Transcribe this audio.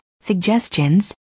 suggestions